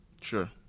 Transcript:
Sure